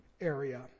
area